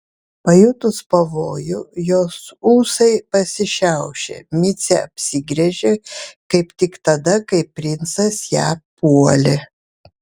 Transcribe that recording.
pajutus pavojų jos ūsai pasišiaušė micė apsigręžė kaip tik tada kai princas ją puolė